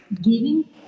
giving